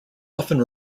often